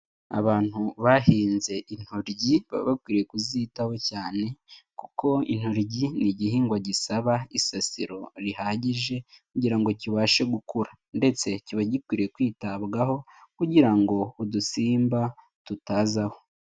Abantu bahinze intoryi, baba bakwiriye kuzitaho cyane, kuko intoryi ni igihingwa gisaba isasiro rihagije kugira ngo kibashe gukura; ndetse kiba gikwiriye kwitabwaho kugira ngo udusimba tutazaho.